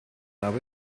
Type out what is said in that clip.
aber